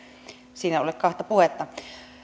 siinä ole kahta puhetta